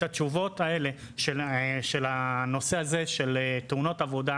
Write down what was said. את התשובות של נושא תאונות העבודה